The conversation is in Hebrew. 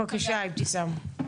בבקשה, אבתיסאם.